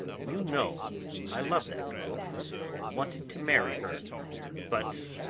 you know i loved that girl and wanted to marry her but,